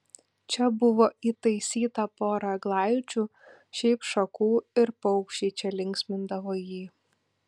čia buvo įtaisyta pora eglaičių šiaip šakų ir paukščiai čia linksmindavo jį